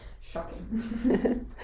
shocking